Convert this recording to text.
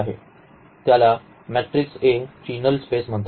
त्याला matrix A ची null space म्हणतात